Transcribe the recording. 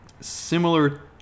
Similar